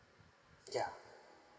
yeah